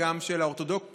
גם של האורתודוקסים,